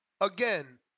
again